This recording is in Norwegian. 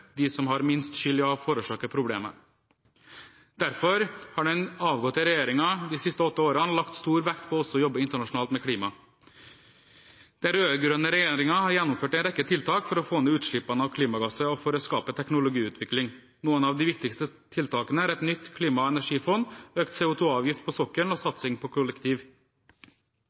de siste åtte årene lagt stor vekt på også å jobbe internasjonalt med klima. Den rød-grønne regjeringen har gjennomført en rekke tiltak for å få ned utslippene av klimagasser og for å skape teknologiutvikling. Noen av de viktigste tiltakene er et nytt klima- og energifond, økt CO2-avgift på sokkelen og satsing på